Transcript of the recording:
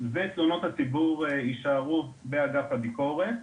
ותלונות הציבור יישארו באגף הביקורת.